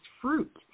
fruit